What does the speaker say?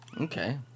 Okay